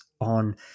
on